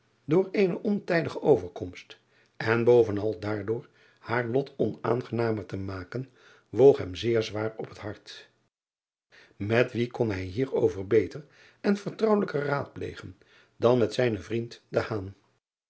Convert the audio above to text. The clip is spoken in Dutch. door eene ontijdige overkomst en bovenal daardoor haar lot onaangenamer te maken woog hem zeer zwaar op het hart et wien kon hij hierover beter en vertrouwelijker raadplegen dan met zijnen vriend